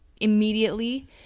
immediately